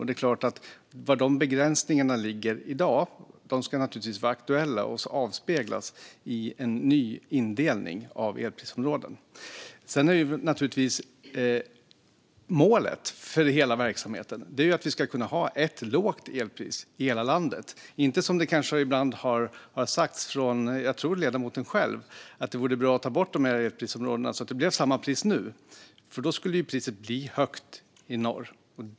Det är klart att begränsningarna ska vara aktuella och avspeglas i en ny indelning av elprisområden. Sedan är naturligtvis målet för hela verksamheten att man ska kunna ha ett lågt elpris i hela landet, och inte som det kanske ibland har sagts från ledamoten själv, tror jag, att det vore bra att ta bort elprisområdena nu så att det blev samma pris i hela landet. Då skulle priset bli högt i norr.